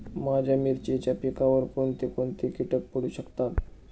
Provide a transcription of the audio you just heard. माझ्या मिरचीच्या पिकावर कोण कोणते कीटक पडू शकतात?